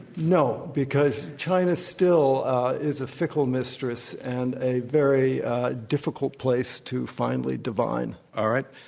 no, because china still is a fickle mistress and a very difficult place to finally divine. all right.